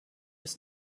was